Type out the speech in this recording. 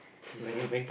different